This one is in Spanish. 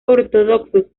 ortodoxos